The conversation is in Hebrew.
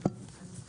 10:15.